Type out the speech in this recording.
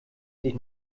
sich